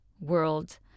world